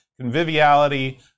conviviality